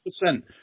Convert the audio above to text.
percent